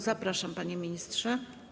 Zapraszam, panie ministrze.